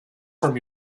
from